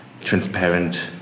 transparent